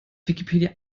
wikipedia